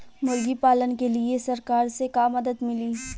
मुर्गी पालन के लीए सरकार से का मदद मिली?